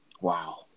Wow